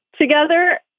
together